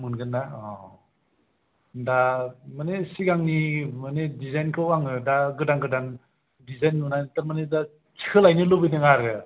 मोनगोनना अ दा माने सिगांनि माने दिजाइनखौ आङो दा गोदान गोदान दिजाइन नुनानै थारमाने दा सोलायनो लुबैदों आरो